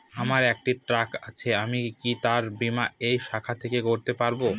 আমার একটি ট্র্যাক্টর আছে আমি কি তার বীমা এই শাখা থেকে করতে পারব?